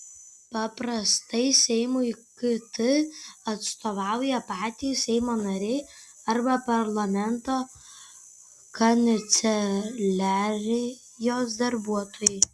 paprastai seimui kt atstovauja patys seimo nariai arba parlamento kanceliarijos darbuotojai